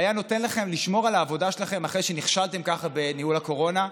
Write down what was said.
היה נותן לכם לשמור על העבודה שלכם אחרי שנכשלתם ככה בניהול הקורונה?